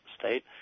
state